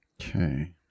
Okay